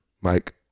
Mike